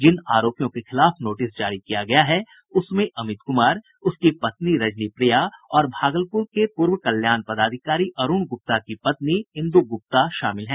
जिन आरोपियों के खिलाफ नोटिस जारी किया गया है उसमें अमित कुमार उसकी पत्नी रजनी प्रिया और भागलपुर के पूर्व कल्याण पदाधिकारी अरुण गुप्ता की पत्नी इंदु गुप्ता शामिल हैं